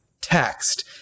text